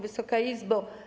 Wysoka Izbo!